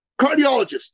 Cardiologist